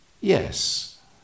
yes